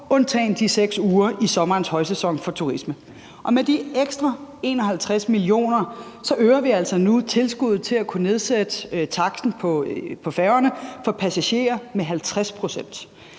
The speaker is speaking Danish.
undtagen de 6 uger i sommerens højsæson for turisme. Og med de ekstra 51 mio. kr. øger vi altså nu tilskuddet til at kunne nedsætte taksten på færgerne for passagerer med 50 pct.